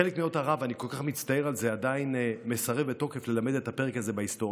חלק ממדינות ערב עדיין מסרבות בתוקף ללמד את הפרק הזה בהיסטוריה,